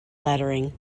lettering